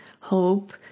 hope